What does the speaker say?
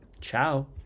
ciao